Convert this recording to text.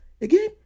Again